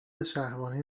شهوانی